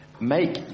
Make